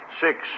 Six